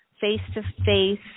face-to-face